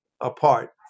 apart